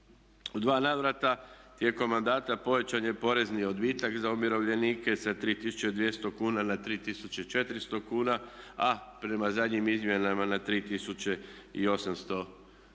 U dva navrata tijekom mandata pojačan je porezni odbitak za umirovljenike sa 3200 na 3400 kuna, a prema zadnjim izmjenama na 3800 kuna.